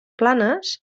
planes